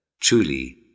Truly